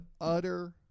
utter